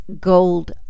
gold